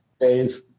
Dave